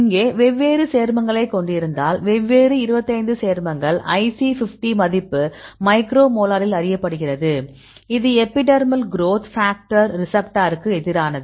இங்கே வெவ்வேறு சேர்மங்களை கொண்டிருந்தால் வெவ்வேறு 25 சேர்மங்கள் IC50 மதிப்பு மைக்ரோமோலரில் அறியப்படுகிறது இது எபிடெர்மல் குரோத் ஃபேக்டர் ரிசப்பட்டார்க்கு எதிரானது